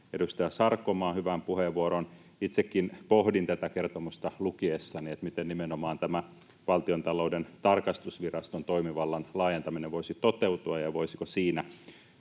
edustaja Sarkomaan hyvän puheenvuoron. Itsekin pohdin tätä kertomusta lukiessani, miten nimenomaan tämä Valtiontalouden tarkastusviraston toimivallan laajentaminen voisi toteutua ja voisivatko siinä